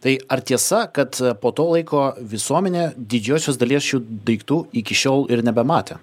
tai ar tiesa kad po to laiko visuomenė didžiosios dalies šių daiktų iki šiol ir nebematė